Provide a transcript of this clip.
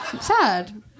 Sad